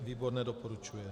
Výbor nedoporučuje.